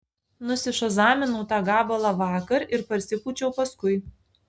nusišazaminau tą gabalą vakar ir parsipūčiau paskui